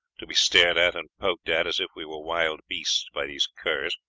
to be stared at and poked at as if we were wild beasts by these curs,